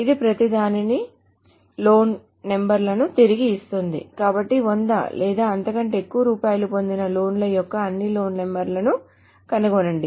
ఇది ప్రతిదానికీ loan number లను తిరిగి ఇస్తుంది కాబట్టి 100 లేదా అంతకంటే ఎక్కువ రూపాయలు పొందిన లోన్ ల యొక్క అన్ని లోన్ నెంబర్ లను కనుగొనండి